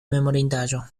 memorindaĵo